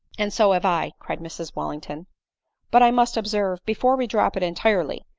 and so have i, cried mrs wallington but i must observe, before we drop it entirely,